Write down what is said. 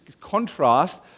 contrast